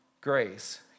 grace